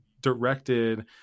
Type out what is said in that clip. Directed